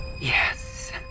Yes